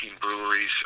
breweries